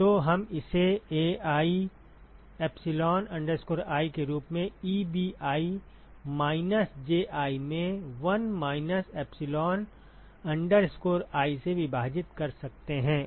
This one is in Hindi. तो हम इसे Ai एप्सिलॉन आई के रूप में Ebi माइनस Ji में 1 माइनस एप्सिलॉन आई से विभाजित कर सकते हैं